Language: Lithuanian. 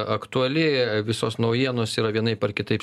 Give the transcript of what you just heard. aktuali visos naujienos yra vienaip ar kitaip